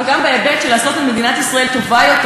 אבל גם בהיבט של לעשות את מדינת ישראל טובה יותר.